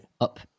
up